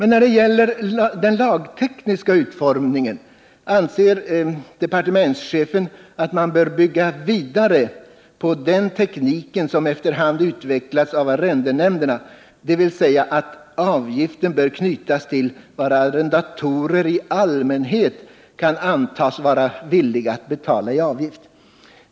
När det gäller den lagtekniska utformningen anser departementschefen att man bör bygga vidare på den teknik som efter hand utvecklats av arrendenämnderna, dvs. att avgiften bör knytas till vad arrendatorerna i allmänhet kan antas vara villiga att betala i avgift.